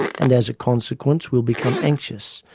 and as a consequence will become anxious,